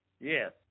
Yes